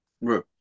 Right